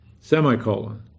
semicolon